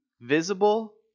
visible